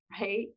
right